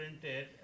printed